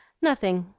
nothing.